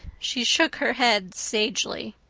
she shook her head sagely.